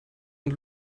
und